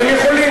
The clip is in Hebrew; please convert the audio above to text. אתם יכולים.